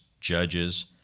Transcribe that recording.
judges